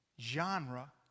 genre